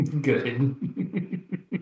Good